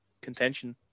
contention